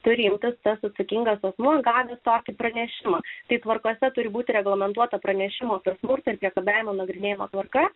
turi imtis tas atsakingas asmuo gavęs tokį pranešimą tai tvarkose turi būti reglamentuota pranešimų apie smurtą priekabiavimą nagrinėjimo tvarka